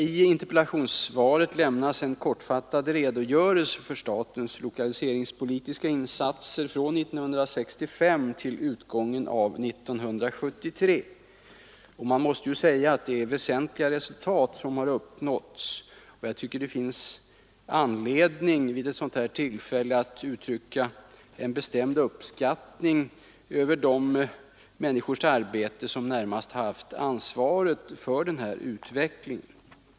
I interpellationssvaret lämnas en kortfattad redogörelse för statens lokaliseringspolitiska insatser från 1965 till utgången av 1973. Det är väsentliga resultat som har uppnåtts. Det finns anledning att vid ett tillfälle som detta uttrycka en bestämd uppskattning av de människors arbete som närmast har haft ansvaret för den här utvecklingen.